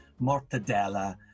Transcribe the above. mortadella